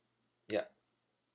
yup